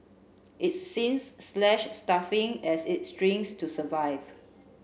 it's since slashed staffing as it shrinks to survive